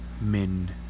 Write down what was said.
men